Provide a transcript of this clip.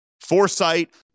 foresight